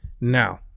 now